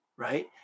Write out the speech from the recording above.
Right